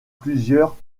plusieurs